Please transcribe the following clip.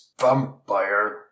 Vampire